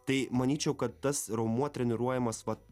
tai manyčiau kad tas raumuo treniruojamas vat